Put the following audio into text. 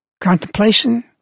contemplation